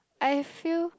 I feel